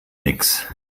nix